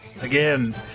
Again